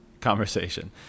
conversation